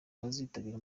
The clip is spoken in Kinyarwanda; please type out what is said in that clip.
bazitabira